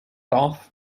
off